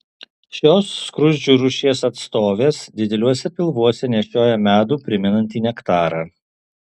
šios skruzdžių rūšies atstovės dideliuose pilvuose nešioja medų primenantį nektarą